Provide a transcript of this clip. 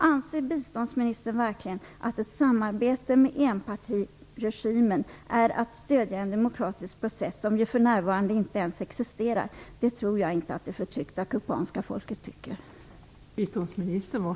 Anser biståndsministern verkligen att ett samarbete med enpartiregimen är att stödja en demokratisk process som för närvarande inte ens existerar? Det tror jag inte att det förtryckta kubanska folket tycker.